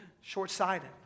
short-sighted